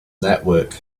network